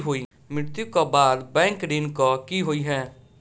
मृत्यु कऽ बाद बैंक ऋण कऽ की होइ है?